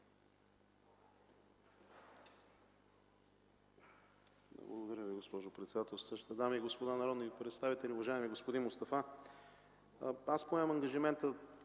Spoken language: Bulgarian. Благодаря Ви, госпожо председател. Дами и господа народни представители, уважаеми господин Мустафа! Аз поемам ангажимент